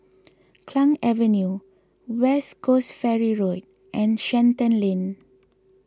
Klang Avenue West Coast Ferry Road and Shenton Lane